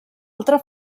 altra